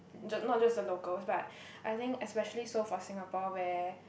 just not just the locals but I think especially so for Singapore where